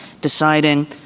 deciding